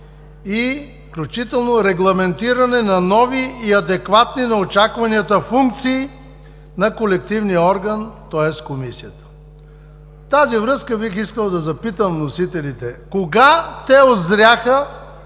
и включително регламентиране на нови и адекватни на очакванията функции на колективния орган, тоест Комисията. В тази връзка бих искал да запитам вносителите кога те узряха